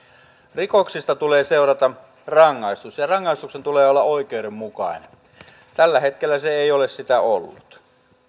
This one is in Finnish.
rikoksista tulee seurata rangaistus ja ja rangaistuksen tulee olla oikeudenmukainen tällä hetkellä se ei ole sitä ollut